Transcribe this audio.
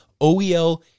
OEL